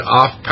off